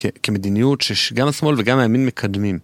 כמדיניות שגם השמאל וגם הימין מקדמים.